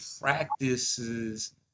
practices